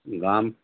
ગામ